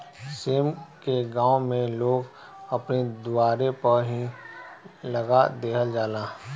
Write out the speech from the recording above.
सेम के गांव में लोग अपनी दुआरे पअ ही लगा देहल जाला